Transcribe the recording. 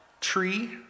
tree